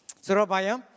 Surabaya